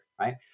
right